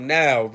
now